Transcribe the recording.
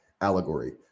allegory